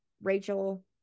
Rachel